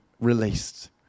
released